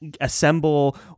assemble